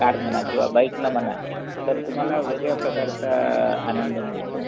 car म्हणा किंवा बाईकनं म्हणा तर तुम्हाला वेगळ्या प्रकारचा आनंद मिळतो